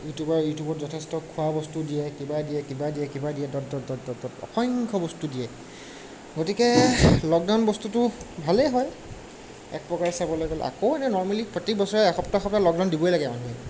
ইউটিউবাৰে ইউটিউবত যথেষ্ট খোৱা বস্তু দিয়ে কিবা দিয়ে কিবা দিয়ে কিবা দিয়ে dot dot dot dot dot অসংখ্য বস্তু দিয়ে গতিকে লকডাউন বস্তুটো ভালেই হয় একপ্ৰকাৰে চাবলৈ গ'লে আকৌ এনেই নৰ্মেলি প্ৰতি বছৰে এসপ্তাহ এসপ্তাহ লকডাউন দিবই লাগে মানুহে